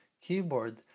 keyboard